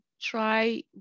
try